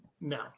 No